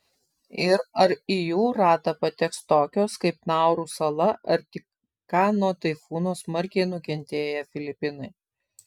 ir ar į jų ratą pateks tokios kaip nauru sala ar tik ką nuo taifūno smarkiai nukentėję filipinai